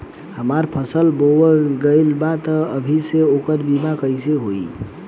हमार फसल बोवा गएल बा तब अभी से ओकर बीमा कइसे होई?